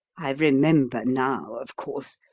i remember now, of course,